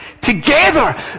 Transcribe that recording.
together